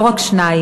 לא רק שניים,